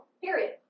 Period